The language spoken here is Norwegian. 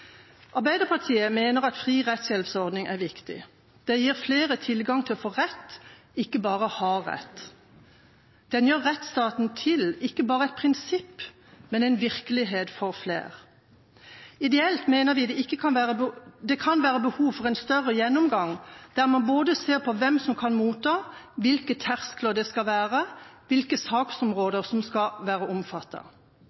Arbeiderpartiet mener at fri rettshjelpsordning er viktig. Den gir flere tilgang til å få rett, ikke bare ha rett. Den gjør rettsstaten til ikke bare et prinsipp, men en virkelighet for flere. Ideelt mener vi det kan være behov for en større gjennomgang, der man ser på både hvem som kan motta, hvilke terskler det skal være, og hvilke